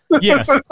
Yes